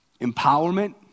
Empowerment